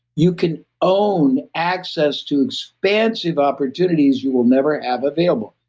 you can own access to expansive opportunities you will never have available.